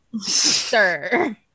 sir